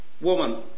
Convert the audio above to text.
Woman